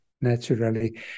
naturally